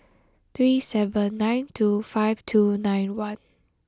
three seven nine two five two nine one